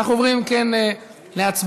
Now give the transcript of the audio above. אם כן, אנחנו עוברים להצבעה